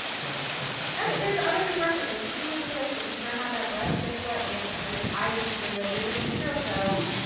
you know okay. so. i mean there's other good brushes. like if you live in a place that does not have that brush, guess what they have other. i was at. we were at the materials show.